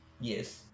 Yes